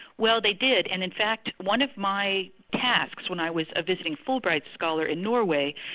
well they did, and in fact one of my tasks when i was a visiting fulbright scholar in norway,